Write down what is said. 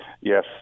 yes